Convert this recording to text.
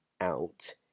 out